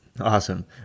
awesome